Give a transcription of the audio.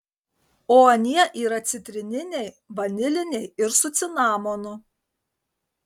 o anie yra citrininiai vaniliniai ir su cinamonu